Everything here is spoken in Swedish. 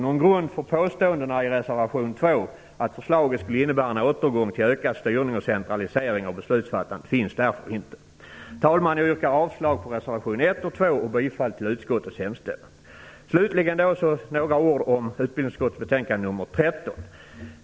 Någon grund för påståendena i reservation 2, att förslaget skulle innebära en återgång till ökad styrning och centralisering av beslutsfattandet, finns därför inte. Herr talman! Jag yrkar avslag på reservationerna 1 Slutligen några ord om utbildningsutskottets betänkande 15.